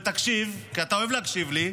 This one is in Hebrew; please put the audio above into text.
ותקשיב, כי אתה אוהב להקשיב לי.